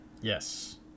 Yes